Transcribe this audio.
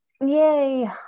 Yay